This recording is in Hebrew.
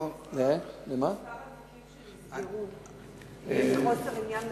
יש לך נתונים לגבי מספר התיקים שנסגרו מחוסר עניין לציבור?